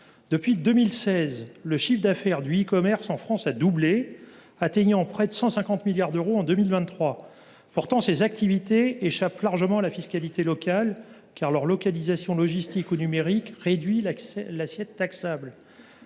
Depuis 2016, le chiffre d’affaires de l’e commerce en France a doublé, atteignant près de 150 milliards d’euros en 2023. Pourtant, ces activités échappent largement à la fiscalité locale, car leur localisation logistique ou numérique réduit l’assiette taxable.